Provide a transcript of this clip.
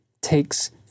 takes